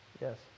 yes